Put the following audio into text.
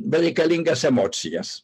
bereikalingas emocijas